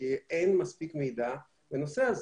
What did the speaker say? כי אין מספיק מידע בנושא הזה.